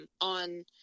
on